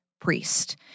priest